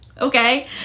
okay